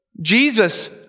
Jesus